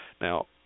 Now